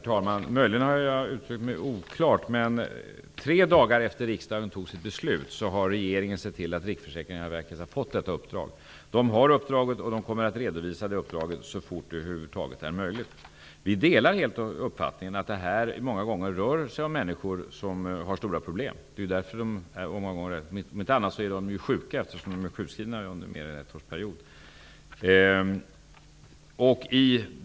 Herr talman! Jag har möjligen uttryckt mig oklart, men tre dagar efter det riksdagen fattade sitt beslut såg regeringen till att Riksförsäkringsverket fick detta uppdrag. Verket kommer att redovisa uppdraget så fort som över huvud taget är möjligt. Jag delar uppfattningen att det många gånger rör sig om människor som har stora problem. Om inte annat är de sjuka, eftersom de är sjukskrivna mer än en ettårsperiod.